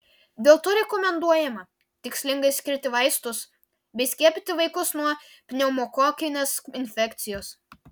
dėl to rekomenduojama tikslingai skirti vaistus bei skiepyti vaikus nuo pneumokokinės infekcijos